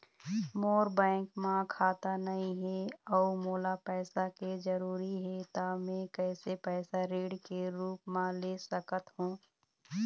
मोर bank म खाता नई हे अउ मोला पैसा के जरूरी हे त मे कैसे पैसा ऋण के रूप म ले सकत हो?